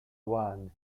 wan